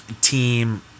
Team